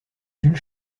jules